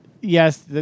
yes